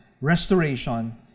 restoration